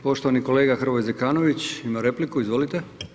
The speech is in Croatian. Poštovani kolega Hrvoje Zekanović ima repliku, izvolite.